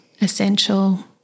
essential